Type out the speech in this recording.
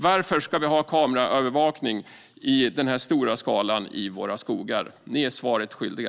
Varför ska det vara kameraövervakning i den stora skalan i våra skogar? Ni är svaret skyldiga.